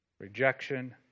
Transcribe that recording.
rejection